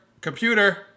Computer